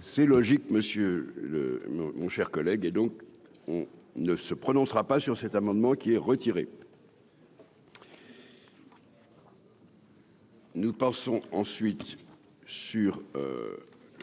C'est logique monsieur le mon cher collègue, et donc on ne se prononcera pas sur cet amendement, qui est retiré. Nous pensons ensuite sur